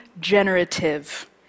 generative